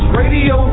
radio